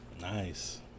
nice